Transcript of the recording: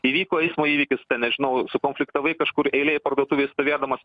įvyko eismo įvykis nežinau sukonfliktavai kažkur eilėj parduotuvėj stovėdamas